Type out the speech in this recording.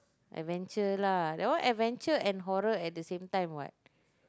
adventure lah that one adventure and the horror at the same time what